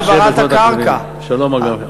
בעזרת השם, בשבועת הקרובים.